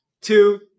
Two